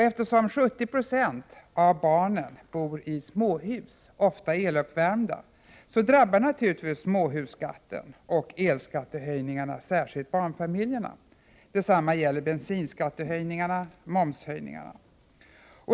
Eftersom 70 96 av barnfamiljerna bor i småhus, ofta eluppvärmda, drabbar naturligtvis småhusskatten och elskattehöjningarna särskilt dem. Detsamma gäller bensinskattehöjningarna och momshöjningarna.